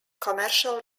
commercial